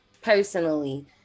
personally